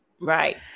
Right